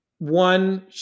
One